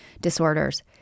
disorders